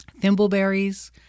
thimbleberries